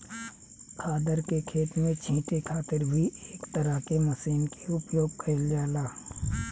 खादर के खेत में छींटे खातिर भी एक तरह के मशीन के उपयोग कईल जाला